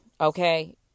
okay